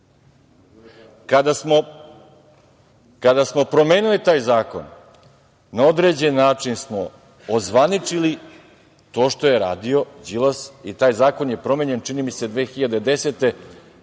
Kada smo promenili taj zakon na određen način smo ozvaničili to što je radi Đilas i taj zakon je promenjen, čini mi se, krajem 2010. godine,